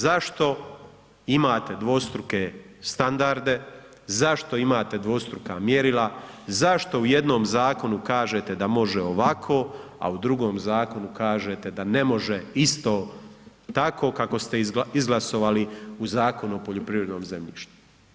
Zašto imate dvostruke standarde, zašto imate dvostruka mjerila, zašto u jednom zakonu kažete da može ovako, a u drugom zakonu kažete da ne može isto tako kako ste izglasovali u Zakonu o poljoprivrednom zemljištu?